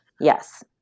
Yes